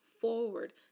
forward